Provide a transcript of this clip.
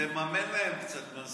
תממן להם כמה נורבגים,